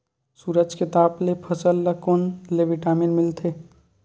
सूरज के ताप ले फसल ल कोन ले विटामिन मिल थे?